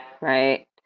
right